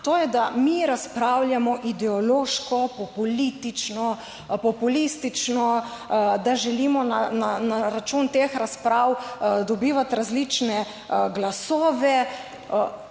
to je, da mi razpravljamo ideološko , populistično, da želimo na račun teh razprav dobivati različne glasove.